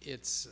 it's